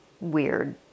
weird